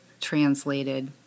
translated